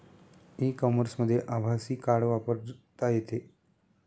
E कॉमर्समध्ये आभासी card वापरता येते